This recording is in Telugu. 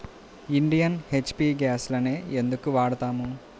ఇండియన్, హెచ్.పీ గ్యాస్లనే ఎందుకు వాడతాము?